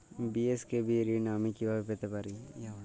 BSKB ঋণ আমি কিভাবে পেতে পারি?